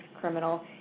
criminal